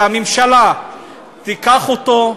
שהממשלה תיקח אותו,